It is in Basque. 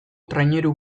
traineru